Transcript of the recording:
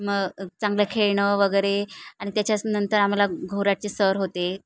मग चांगलं खेळणं वगैरे आणि त्याच्याच नंतर आम्हाला घोराटचे सर होते